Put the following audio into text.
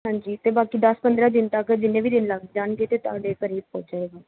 ਹਾਂਜੀ ਅਤੇ ਬਾਕੀ ਦਸ ਪੰਦਰਾਂ ਦਿਨ ਤੱਕ ਜਿੰਨੇ ਵੀ ਦਿਨ ਲੱਗ ਜਾਣਗੇ ਤਾਂ ਤੁਹਾਡੇ ਘਰ ਹੀ ਪੁੱਜ ਜਾਏਗਾ